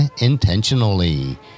intentionally